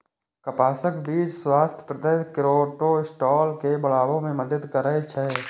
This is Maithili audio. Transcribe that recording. कपासक बीच स्वास्थ्यप्रद कोलेस्ट्रॉल के बढ़ाबै मे मदति करै छै